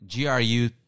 GRU